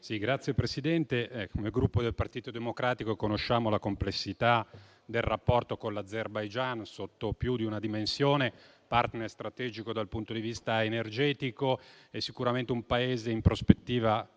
Signor Presidente, come Gruppo Partito Democratico conosciamo la complessità del rapporto con l'Azerbaijan sotto più di una dimensione. *Partner* strategico dal punto di vista energetico, è sicuramente un Paese in prospettiva